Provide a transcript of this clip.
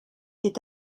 est